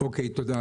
תודה.